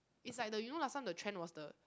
it's like the you know last time the trend was the